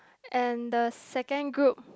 and the second group